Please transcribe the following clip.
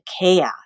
chaos